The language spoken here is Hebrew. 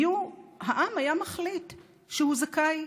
העם היה מחליט שהוא זכאי.